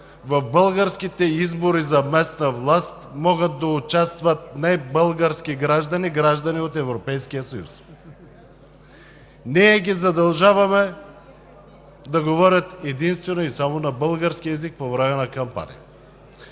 в българските избори за местна власт могат да участват небългарски граждани, граждани от Европейския съюз. Ние ги задължаваме да говорят единствено и само на български език по време на кампания.